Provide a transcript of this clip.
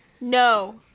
No